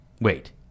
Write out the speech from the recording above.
Wait